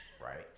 Right